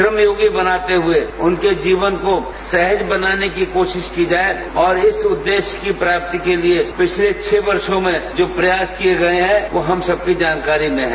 श्रम योगी बनाते हुए उनके जीवन को सहज बनाने की कोशिश की जाये और इस उद्देश्य की प्राप्ति के लिए पिछले छह वर्षो में जो प्रयास किये गये हैं वो हम सबकी जानकारी में हैं